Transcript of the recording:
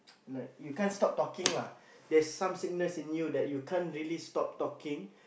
like you can't stop talking lah there's some sickness in you that you can't really stop talking